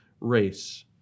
race